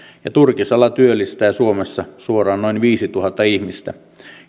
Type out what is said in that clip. ja turkisala työllistää suomessa suoraan noin viisituhatta ihmistä